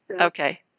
Okay